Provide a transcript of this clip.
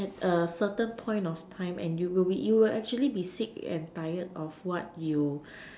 at a certain point of time and you will be you will actually be sick and tired of what you